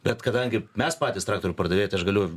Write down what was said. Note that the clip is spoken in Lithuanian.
bet kadangi mes patys traktorių pardavėjai tai aš galiu